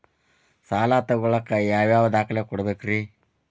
ಸಾಲ ತೊಗೋಳಾಕ್ ಯಾವ ಯಾವ ದಾಖಲೆ ಕೊಡಬೇಕ್ರಿ?